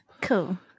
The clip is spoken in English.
Cool